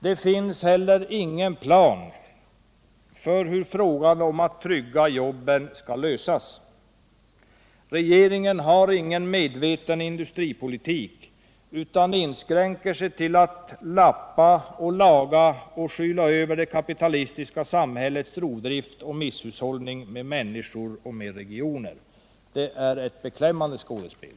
Det finns heller ingen plan för hur frågan om att trygga jobben skall lösas. Regeringen har ingen medveten industripolitik, utan inskränker sig till att lappa och laga för att skyla över det kapitalistiska samhällets rovdrift på och misshushållning med människor och regioner. Det är ett beklämmande skådespel.